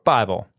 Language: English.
Bible